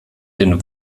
den